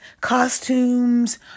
costumes